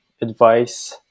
advice